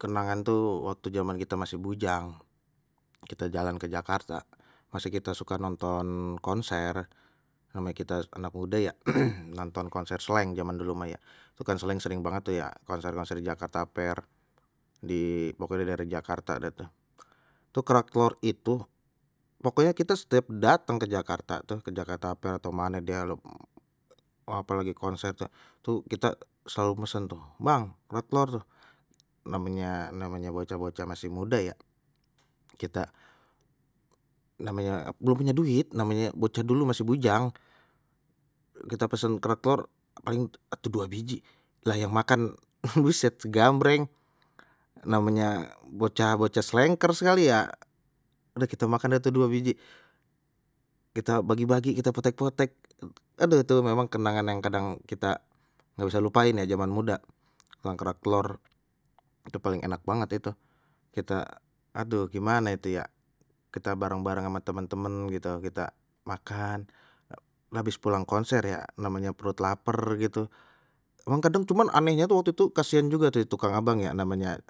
kenangan tuh waktu jaman kita masih bujang, kita jalan ke jakarta masih kita suka nonton konser name kita anak muda ya nonton konser slank jaman dulu mah ya, tu kan slank sering banget tu ya konser-konser di jakarta fair di pokonye di daerah jakarta deh tu, tu kerak telor itu pokoknya kita setiap datang ke jakarta tuh, ke jakarta fair atau mane dia apa lagi konser tuh kita selalu mesen tuh, bang kerak telor tuh namanya namanya bocah-bocah masih muda ya, kita namanya belum punya duit namanya bocah dulu masih bujang kita pesen kerak telor paling atu dua biji lah yang makan buset segambreng namanya bocah-bocah slankers sekali ya, udah kita makan dah tu dua biji kita bagi-bagi kita potek-potek, aduh tuh memang kenangan yang kadang kita nggak usah lupain aja jangan muda, makan kerak telor dah paling enak banget itu, kita aduh gimana itu ya kita bareng-bareng sama teman-teman gitu kita makan habis pulang konser ya namanya perut lapar gitu kadang cuman anehnya tu waktu itu kasihan juga tu kan abang ya namanya.